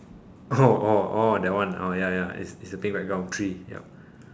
oh orh orh that one oh ya ya is is a thing background three yup